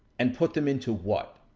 and put them into what?